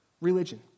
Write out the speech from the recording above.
religion